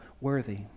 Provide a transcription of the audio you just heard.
worthy